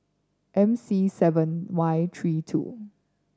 M C seven Y three two